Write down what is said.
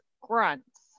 grunts